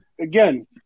Again